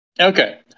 Okay